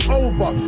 over